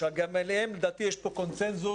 שגם עליהן לדעתי יש קונצנזוס,